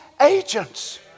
agents